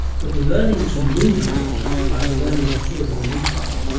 but learning to move again, like learning to hear with an implant,